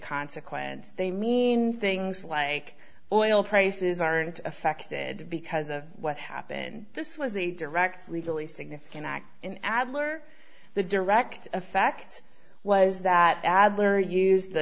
consequence they mean things like oil prices aren't affected because of what happened this was a direct legally significant act in adler the direct effect was that adler used the